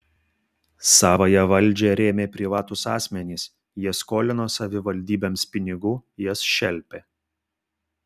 savąją valdžią rėmė privatūs asmenys jie skolino savivaldybėms pinigų jas šelpė